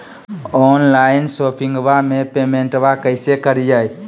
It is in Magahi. ऑनलाइन शोपिंगबा में पेमेंटबा कैसे करिए?